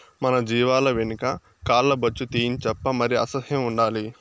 మన జీవాల వెనక కాల్ల బొచ్చు తీయించప్పా మరి అసహ్యం ఉండాలి